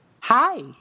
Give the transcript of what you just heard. hi